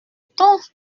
temps